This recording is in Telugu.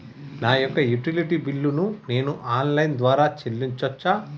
నా యొక్క యుటిలిటీ బిల్లు ను నేను ఆన్ లైన్ ద్వారా చెల్లించొచ్చా?